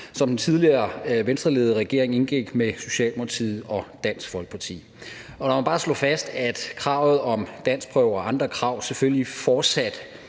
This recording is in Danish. som den tidligere venstreledede regering indgik med Socialdemokratiet og Dansk Folkeparti. Og lad mig bare slå fast, at kravet om danskprøve og andre krav til dem, der